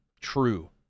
true